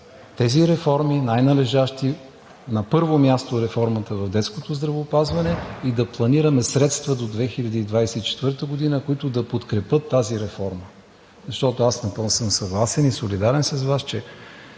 реформи, на първо място, реформата в детското здравеопазване и да планираме средства до 2024 г., които да подкрепят тази реформа. Защото аз напълно съм съгласен и солидарен с Вас, че